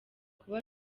kuba